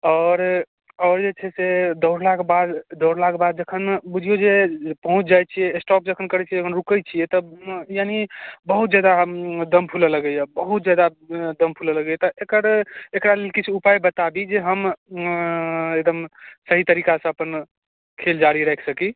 आओर आओर जे छै से दौड़लाक बाद दौड़लाक बाद जखन बुझियौ जे पहुँच जाइ छियै स्टॉप जखन करै छियै जखन रुकै छियै तब यानि बहुत जादा हम दम फुलऽ लगैए बहुत जादा दम फुलऽ लगैए तऽ एकर एकरा लेल किछु उपाय बता दी जे हम एकदम सही तरीकासँ अपन खेल जारी राखि सकी